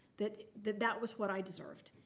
that that that was what i deserved.